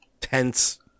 tense